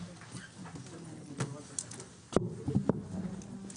הישיבה ננעלה בשעה 15:00.